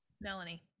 Melanie